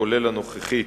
כולל הנוכחית,